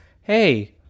hey